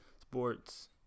sports